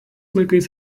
laikais